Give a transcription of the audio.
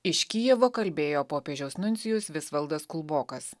iš kijevo kalbėjo popiežiaus nuncijus visvaldas kulbokas